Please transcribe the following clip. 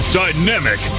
dynamic